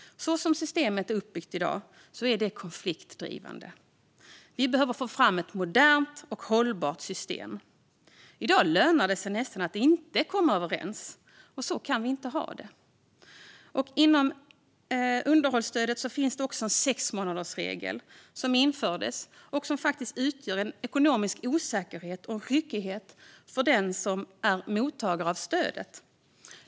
Som systemet är uppbyggt i dag är det konfliktdrivande. Vi behöver få fram ett modernt och hållbart system. I dag lönar det sig nästan att inte komma överens, och så kan vi inte ha det. Inom underhållsstödet har det också införts en sexmånadersregel som faktiskt utgör en ekonomisk osäkerhet och ryckighet för den som är mottagare av stödet.